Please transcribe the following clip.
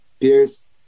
Pierce